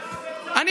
--- חברים.